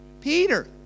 Peter